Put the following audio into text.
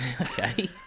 Okay